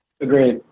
Agreed